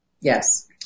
Yes